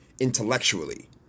intellectually